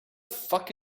fuck